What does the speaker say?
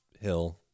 hill